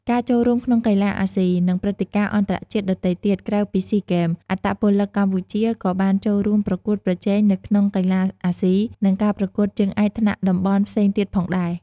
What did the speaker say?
ការចូលរួមក្នុងកីឡាអាស៊ី និងព្រឹត្តិការណ៍អន្តរជាតិដទៃទៀតក្រៅពីស៊ីហ្គេម អត្តពលិកកម្ពុជាក៏បានចូលរួមប្រកួតប្រជែងនៅក្នុងកីឡាអាស៊ី និងការប្រកួតជើងឯកថ្នាក់តំបន់ផ្សេងទៀតផងដែរ ។